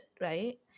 right